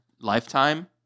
lifetime